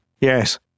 Yes